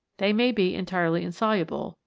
they may be entirely insoluble,